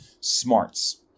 smarts